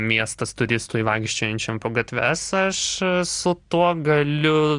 miestas turistui vaikščiojančiam po gatves aš su tuo galiu